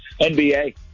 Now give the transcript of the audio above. NBA